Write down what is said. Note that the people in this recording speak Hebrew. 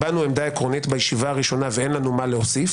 הבענו עמדה עקרונית בישיבה הראשונה ואין לנו מה להוסיף,